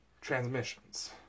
transmissions